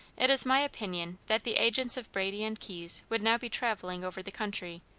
it is my opinion that the agents of brady and keyes would now be travelling over the country,